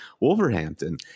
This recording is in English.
Wolverhampton